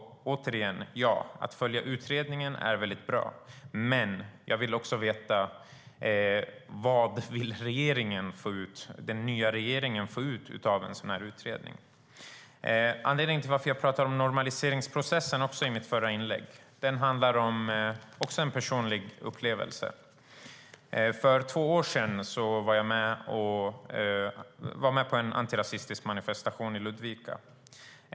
Återigen: Ja, att följa utredningen är väldigt bra. Men jag vill veta vad den nya regeringen vill få ut av en sådan här utredning. Anledningen till att jag pratade om normaliseringsprocessen i mitt förra inlägg är också en personlig upplevelse. För två år sedan var jag med på en antirasistisk manifestation i Ludvika.